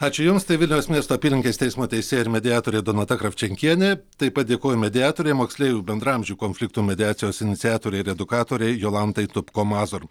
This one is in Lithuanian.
ačiū jums tai vilniaus miesto apylinkės teismo teisėja ir mediatorė donata kravčenkienė taip pat dėkoju mediatorei moksleivių bendraamžių konfliktų mediacijos iniciatorei ir edukatorei jolantai tupko mazur